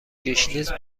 گشنیز